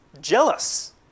jealous